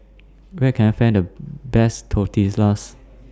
Where Can I Find The Best Tortillas